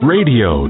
Radio